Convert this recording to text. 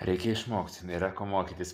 reikia išmokt yra ko mokytis